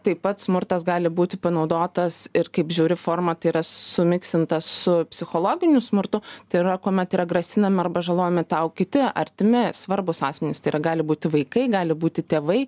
taip pat smurtas gali būti panaudotas ir kaip žiauri forma tai yra sumiksinta su psichologiniu smurtu tai yra kuomet yra grasinama arba žalojami tau kiti artimi svarbūs asmenys tai yra gali būti vaikai gali būti tėvai